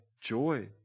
joy